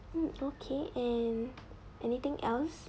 mm okay and anything else